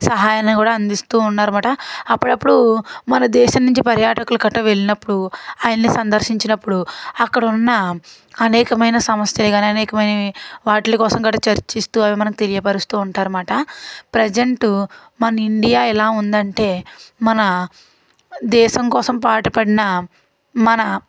సహాయాన్ని కూడా అందిస్తూ ఉన్నారన్నమాట అప్పుడప్పుడు మన దేశం నుంచి పర్యాటకులు గట్రా వెళ్ళినప్పుడు ఆయన్ని సందర్శించినప్పుడు అక్కడ ఉన్న అనేకమైన సమస్యలు కానీ అనేకమైనవి వాటిలు కోసం కూడా చర్చిస్తూ అవి మనకి తెలియపరుస్తూ ఉంటారన్నమాట ప్రజెంట్ మన ఇండియా ఎలా ఉంది అంటే మన దేశం కోసం పాటుపడిన మన